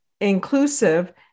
inclusive